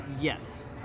Yes